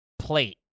Plate